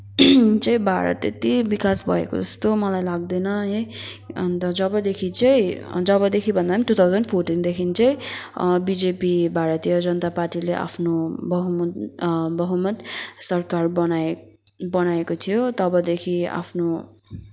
चाहिँ भारत त्यति विकास भएको जस्तो मलाई लाग्दैन है अन्त जबदेखि चाहिँ जबदेखि भन्दा पनि टू थाउजन्ड फोर्टिनदेखि चाहिँ बिजेपी भारतीय जनता पार्टीले आफ्नो बहुमत बहुमत सरकार बनायो बनाएको थियो तबदेखि आफ्नो